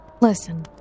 listen